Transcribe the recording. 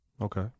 okay